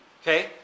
Okay